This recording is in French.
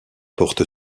porte